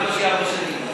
בקושי ארבע שנים,